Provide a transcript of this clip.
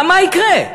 מה יקרה?